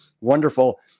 wonderful